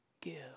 Give